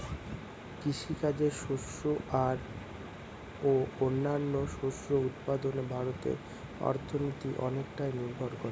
কৃষিকাজে শস্য আর ও অন্যান্য শস্য উৎপাদনে ভারতের অর্থনীতি অনেকটাই নির্ভর করে